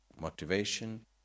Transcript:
motivation